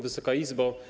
Wysoka Izbo!